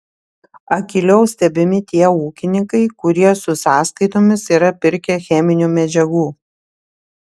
akyliau stebimi tie ūkininkai kurie su sąskaitomis yra pirkę cheminių medžiagų